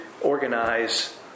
organize